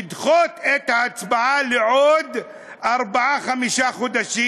לדחות את ההצבעה לעוד ארבעה-חמישה חודשים,